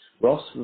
Ross